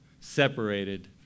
separated